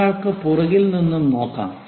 ഒരാൾക്ക് പുറകിൽ നിന്നും നോക്കാം